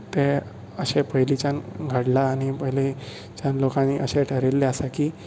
तेन्ना ते अशे पयलींच्यान घडलां आनी पयलीच्या लोकांनी अशे ठरयिल्ले आसा की